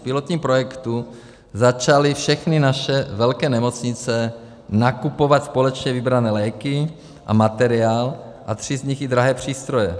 V pilotním projektu začaly všechny naše velké nemocnice nakupovat společně vybrané léky a materiál a tři z nich i drahé přístroje.